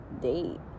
date